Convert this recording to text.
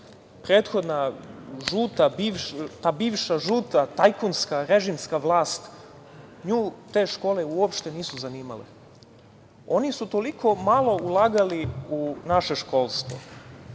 prethodna bivšu žutu, tajkunsku, režimsku vlast, te škole uopšte nisu zanimale. Oni su toliko malo ulagali u naše školstvo. Zamislite